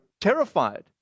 terrified